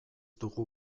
dugu